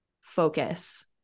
focus